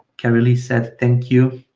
kerrilee said, thank you.